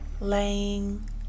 laying